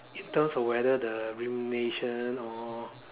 in terms of whether the remuneration or